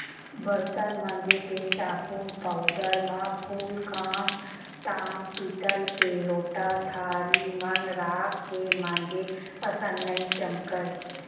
बरतन मांजे के साबुन पाउडर म फूलकांस, ताम पीतल के लोटा थारी मन राख के मांजे असन नइ चमकय